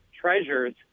treasures